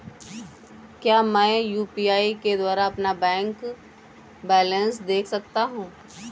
क्या मैं यू.पी.आई के द्वारा अपना बैंक बैलेंस देख सकता हूँ?